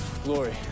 Glory